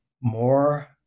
More